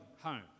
home